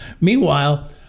Meanwhile